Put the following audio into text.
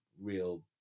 real